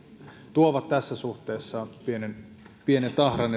tuovat tässä suhteessa kiistatta pienen tahran